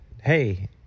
hey